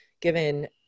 given